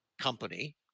company